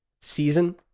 season